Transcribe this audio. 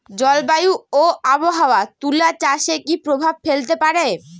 জলবায়ু ও আবহাওয়া তুলা চাষে কি প্রভাব ফেলতে পারে?